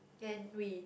and we